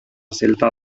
celta